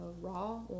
raw